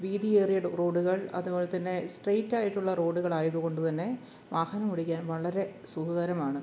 വീതിയേറിയ റോഡുകൾ അതുപോലെ തന്നെ സ്ട്രെയ്റ്റ് ആയിട്ടുള്ള റോഡുകൾ ആയത് കൊണ്ട് തന്നെ വാഹനം ഓടിക്കാൻ വളരെ സുഖകരമാണ്